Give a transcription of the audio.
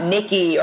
Nikki